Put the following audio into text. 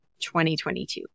2022